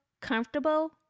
comfortable